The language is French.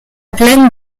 plaine